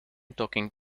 talking